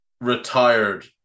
retired